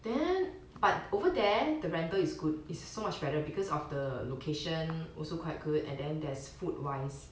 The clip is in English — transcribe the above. then but over there the rental is good is so much better because of the location also quite good and then there's food wise